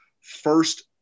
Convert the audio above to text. first